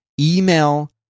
Email